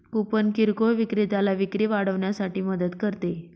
coupon किरकोळ विक्रेत्याला विक्री वाढवण्यासाठी मदत करते